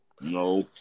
No